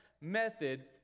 method